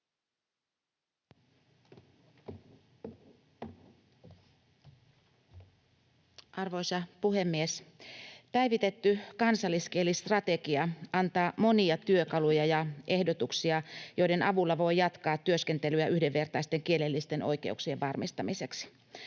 Arvoisa puhemies! Päivitetty kansalliskielistrategia antaa monia työkaluja ja ehdotuksia, joiden avulla voi jatkaa työskentelyä yhdenvertaisten kielellisten oikeuksien varmistamiseksi.